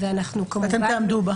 ואתם תעמדו בה?